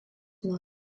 nuo